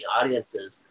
audiences